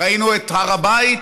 ראינו את הר הבית,